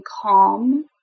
calm